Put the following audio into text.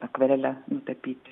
akvarele nutapyti